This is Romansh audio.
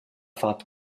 fat